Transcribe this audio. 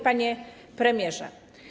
Panie Premierze!